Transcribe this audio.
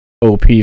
op